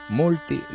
molti